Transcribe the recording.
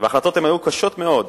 וההחלטות הן קשות מאוד.